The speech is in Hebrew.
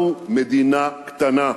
אנחנו מדינה קטנה,